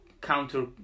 counter